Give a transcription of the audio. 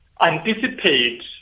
anticipate